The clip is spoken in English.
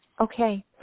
Okay